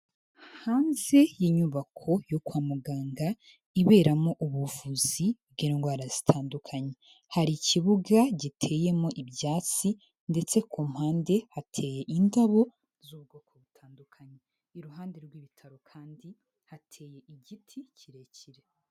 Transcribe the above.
Hanze y'inyubako yo kwa muganga iberamo ubuvuzi bw'indwara zitandukanye. Hari ikibuga giteyemo ibyatsi ndetse ku mpande hateye indabo z'ubwoko butandukanye. Iruhande rw'ibitaro kandi hateye igiti kirekire.